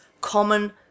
common